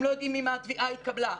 הם לא יודעים אם התביעה התקבלה,